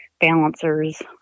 balancers